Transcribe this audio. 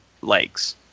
legs